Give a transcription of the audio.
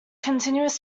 continuous